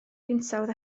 hinsawdd